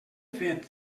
fet